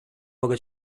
mogę